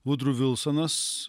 vudru vilsonas